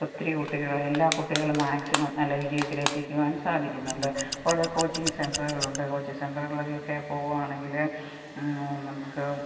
ഒത്തിരി കുട്ടികൾ എല്ലാ കുട്ടികളും മാക്സിമം നല്ല വിജയത്തിലെത്തിക്കുവാൻ സാധിക്കുന്നുണ്ട് ഓരോ കോച്ചിങ് സെൻ്ററുകളുണ്ട് കോച്ചിങ്ങ് സെൻ്ററുകളിലൊക്കെ പോവുകയാണെങ്കിൽ നമുക്ക്